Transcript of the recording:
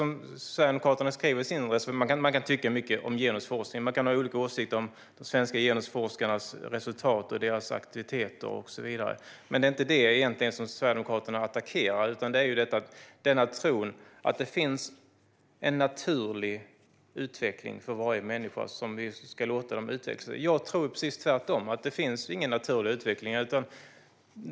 Man kan tycka mycket om genusforskningen och ha olika åsikter om de svenska genusforskarnas resultat, aktiviteter och så vidare. Men det är inte det som Sverigedemokraterna attackerar egentligen. Utan det handlar om tron att det finns en naturlig utveckling för varje människa. Jag tror att det är precis tvärtom, att det inte finns någon naturlig utveckling.